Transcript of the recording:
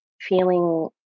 feeling